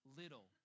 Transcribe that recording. little